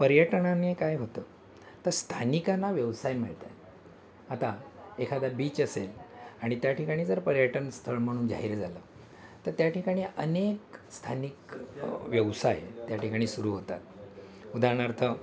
पर्यटनाने काय होतं तर स्थानिकांना व्यवसाय मिळतय आता एखादा बीच असेल आणि त्याठिकाणी जर पर्यटन स्थळ म्हणून जाहिर झालं तर त्याठिकाणी अनेक स्थानिक व्यवसाय त्याठिकाणी सुरू होतात उदाहारणार्थ